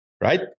Right